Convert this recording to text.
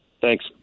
Thanks